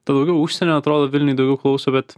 daugiau užsienio atrodo vilniuj daugiau klauso bet